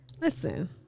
Listen